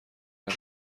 اهل